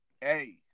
Hey